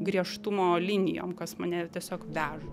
griežtumo linijom kas mane tiesiog veža